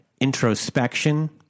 introspection